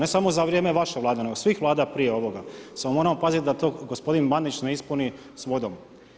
Ne samo za vrijeme vaše vlade, nego svih vlada prije ovoga, samo moramo paziti da to gospodin Bandić ne ispuni s vodom.